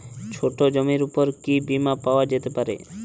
ছোট জমির উপর কি বীমা পাওয়া যেতে পারে?